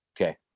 Okay